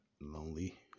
lonely